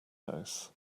house